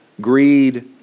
greed